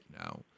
now